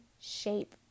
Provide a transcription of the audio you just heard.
shape